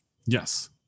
Yes